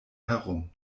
herum